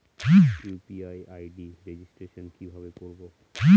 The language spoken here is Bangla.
ইউ.পি.আই আই.ডি রেজিস্ট্রেশন কিভাবে করব?